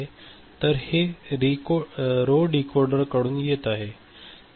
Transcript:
तर हे रो डिकोडरकडून येत आहे